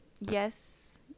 yes